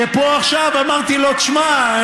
ופה עכשיו אמרתי לו: תשמע,